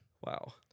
Wow